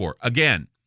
Again